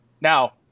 Now